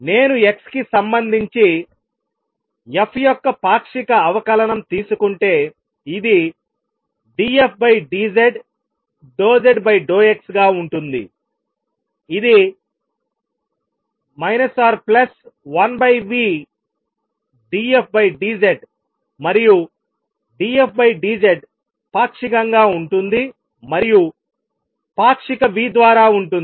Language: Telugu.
నేను x కి సంబంధించి f యొక్క పాక్షిక అవకలనం తీసుకుంటే ఇది dfdz∂zx గా ఉంటుంది ఇది 1vdfdz మరియు dfdz పాక్షికంగా ఉంటుంది మరియు పాక్షిక v ద్వారా ఉంటుంది